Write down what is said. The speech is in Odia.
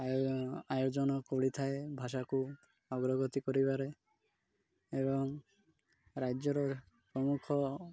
ଆୟ ଆୟୋଜନ କରିଥାଏ ଭାଷାକୁ ଅଗ୍ରଗତି କରିବାରେ ଏବଂ ରାଜ୍ୟର ପ୍ରମୁଖ